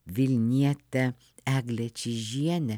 vilnietę eglę čyžienę